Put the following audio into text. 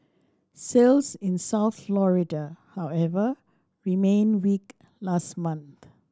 sales in South Florida however remained weak last month